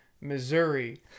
Missouri